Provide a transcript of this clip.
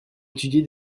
étudier